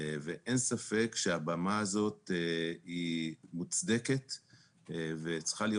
אין ספק שהבמה הזאת מוצדקת וצריכה להיות